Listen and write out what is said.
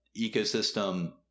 ecosystem